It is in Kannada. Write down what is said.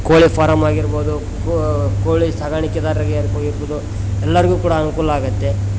ಕೋಳಿ ಫಾರಮ್ ಆಗಿರ್ಬೋದು ಕೋಳಿ ಸಾಗಾಣಿಕೆದಾರರಿಗೆ ಆಗಿರ್ಬೋದು ಎಲ್ಲರಿಗು ಕೂಡ ಅನುಕೂಲ ಆಗುತ್ತೆ